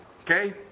Okay